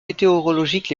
météorologiques